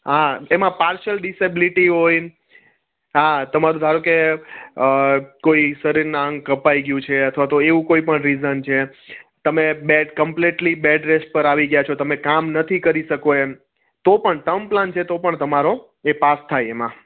હા એમાં partially disability હોય હા તમારું ધારો કે કોઈ શરીરનાં અંગ કપાઈ ગયું છે અથવા તો એવું કોઈપણ રીઝન છે તમે બે કમ્પ્લેટલી બેડ રેસ્ટ પર આવી ગયા છો તમે કામ નથી કરી શકો એમ તો પણ ટર્મ પ્લાન છે તો પણ તમારો એ પાસ થાય એમાં